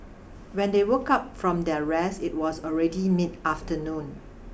when they woke up from their rest it was already mid afternoon